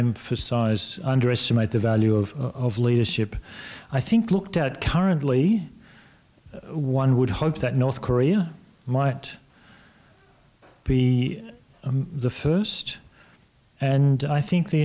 emphasize underestimate the value of leadership i think looked at currently one would hope that north korea might be the first and i think the